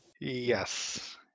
Yes